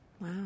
Wow